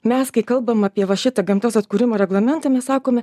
mes kai kalbam apie va šitą gamtos atkūrimo reglamentą mes sakome